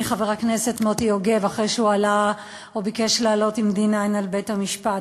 מחבר הכנסת מוטי יוגב אחרי שהוא ביקש לעלות עם 9D על בית-המשפט,